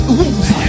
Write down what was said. wounds